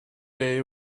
day